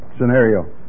Scenario